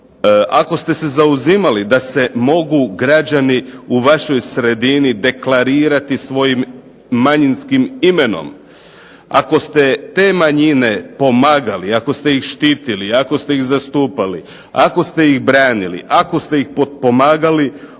Ako ste se zauzimali da se mogu građani u vašoj sredini deklarirati svojim manjinskim imenom ako ste te manjine pomagali, ako ste ih štitili, ako ste ih zastupali, ako ste ih branili, ako ste ih potpomagali,